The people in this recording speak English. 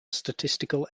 statistical